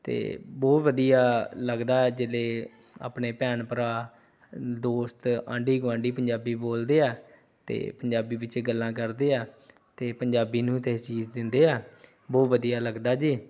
ਅਤੇ ਬਹੁਤ ਵਧੀਆ ਲੱਗਦਾ ਜਿਹੜੇ ਆਪਣੇ ਭੈਣ ਭਰਾ ਦੋਸਤ ਆਂਢੀ ਗੁਆਂਢੀ ਪੰਜਾਬੀ ਬੋਲਦੇ ਆ ਅਤੇ ਪੰਜਾਬੀ ਵਿੱਚ ਗੱਲਾਂ ਕਰਦੇ ਆ ਅਤੇ ਪੰਜਾਬੀ ਨੂੰ ਤਰਜੀਹ ਦਿੰਦੇ ਆ ਬਹੁਤ ਵਧੀਆ ਲੱਗਦਾ ਜੇ